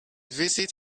visit